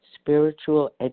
spiritual